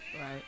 Right